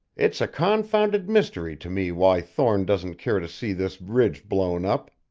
it's a confounded mystery to me why thorne doesn't care to see this ridge blown up!